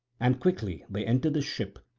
and quickly they entered the ship,